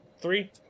Three